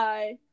Bye